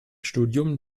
studium